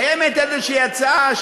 קיימת איזושהי הצעה,